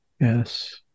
Yes